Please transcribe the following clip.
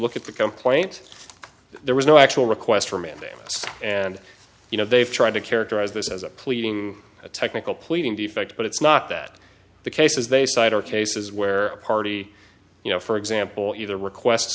look at the complaint there was no actual request for mandamus and you know they've tried to characterize this as a pleading a technical pleading defect but it's not that the cases they cite are cases where a party you know for example either request